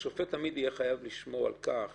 חייב לשמור על כך